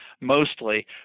mostly